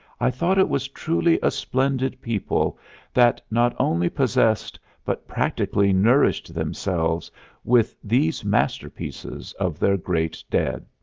i thought it was truly a splendid people that not only possessed but practically nourished themselves with these masterpieces of their great dead.